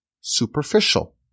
superficial